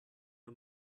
her